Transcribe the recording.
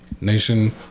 nation